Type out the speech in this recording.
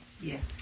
Yes